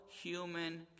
human